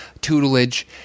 tutelage